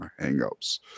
hangups